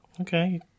Okay